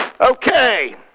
Okay